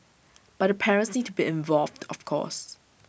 but the parents need to be involved of course